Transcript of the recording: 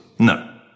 No